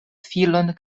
filon